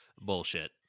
Bullshit